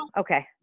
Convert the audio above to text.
okay